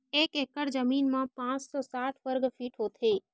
एक एकड़ जमीन मा पांच सौ साठ वर्ग फीट होथे